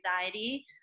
anxiety